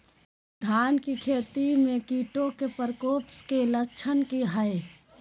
धान की खेती में कीटों के प्रकोप के लक्षण कि हैय?